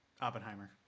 Oppenheimer